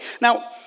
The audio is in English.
Now